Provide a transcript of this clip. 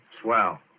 Swell